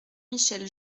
michel